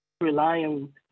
relying